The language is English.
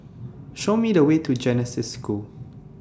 Show Me The Way to Genesis School